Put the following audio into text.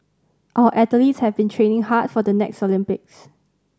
our athletes have been training hard for the next Olympics